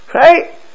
Right